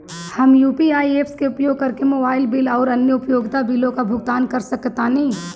हम UPI apps के उपयोग करके मोबाइल बिल आउर अन्य उपयोगिता बिलों का भुगतान कर सकतानी